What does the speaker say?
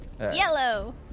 Yellow